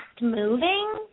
moving